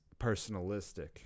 personalistic